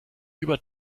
über